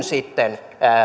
sitten